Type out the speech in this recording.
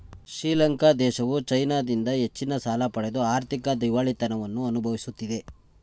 ಶ್ರೀಲಂಕಾ ದೇಶವು ಚೈನಾದಿಂದ ಹೆಚ್ಚಿನ ಸಾಲ ಪಡೆದು ಆರ್ಥಿಕ ದಿವಾಳಿತನವನ್ನು ಅನುಭವಿಸುತ್ತಿದೆ